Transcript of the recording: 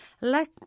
Let